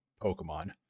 Pokemon